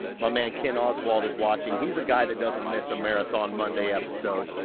my man ken oswald is watching. he's a guy that doesn't miss a marathon monday episode.